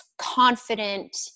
confident